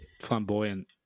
flamboyant